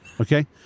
okay